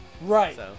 Right